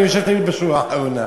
אני יושב תמיד בשורה האחרונה.